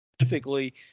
specifically